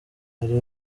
hari